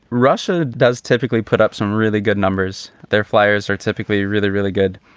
russia does typically put up some really good numbers there. flyers are typically really, really good.